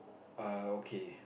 are okay